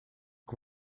que